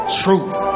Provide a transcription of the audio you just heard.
truth